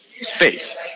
space